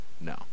No